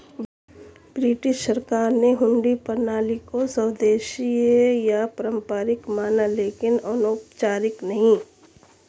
British सरकार ने हुंडी प्रणाली को स्वदेशी या पारंपरिक माना लेकिन अनौपचारिक नहीं